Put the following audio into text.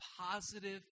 positive